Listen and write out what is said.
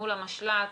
מול המשל"ט?